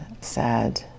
sad